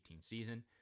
season